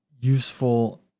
useful